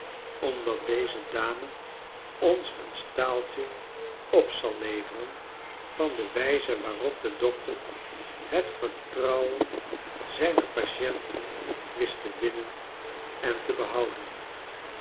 omdat deze dame ons een staaltje op zal leveren van de wijze waarop de dokter het vertrouwen zijner patienten wist te winnen en te behouden